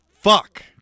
fuck